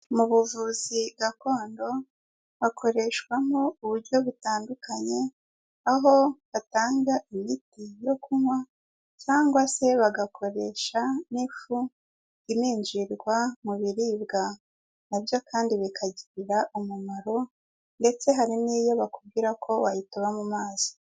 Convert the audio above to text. Mu buvuzi gakondo, hakoreshwamo uburyo butandukanye, aho batanga imiti yo kunywa, cyangwa se bagakoresha n'ifu iminjirwa mu biribwa, na byo kandi bikagirira umumaro, ndetse hari n'iyo bakubwira ko wayitoba mu mazi.